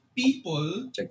People